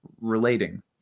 relating